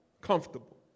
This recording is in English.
comfortable